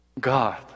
God